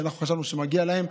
ואנחנו חשבנו שמגיעים להם.